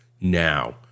now